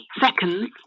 seconds